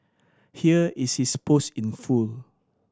here is his post in full